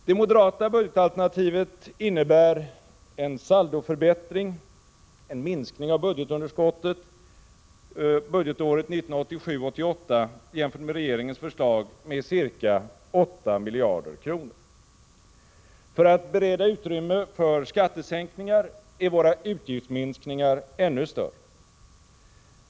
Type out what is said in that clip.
Det moderata budgetalternativet innebär en saldoförbättring — en minskning av budgetunderskottet — för budgetåret 1987/88 jämfört med regeringens förslag med ca 8 miljarder kronor. För att bereda utrymme för skattesänkningar är våra utgiftsminskningar ännu större.